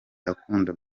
akunda